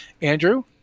Andrew